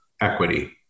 equity